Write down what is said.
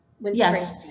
Yes